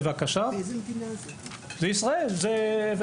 באיזו מדינה משתמשים בספר הזה?